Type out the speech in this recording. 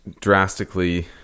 drastically